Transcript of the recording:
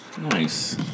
Nice